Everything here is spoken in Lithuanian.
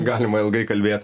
galima ilgai kalbėt